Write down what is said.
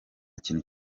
kintu